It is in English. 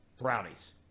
Brownies